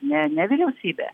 ne ne vyriausybė